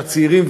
של הצעירים,